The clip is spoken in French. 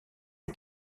est